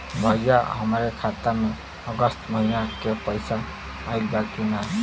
भईया हमरे खाता में अगस्त महीना क पैसा आईल बा की ना?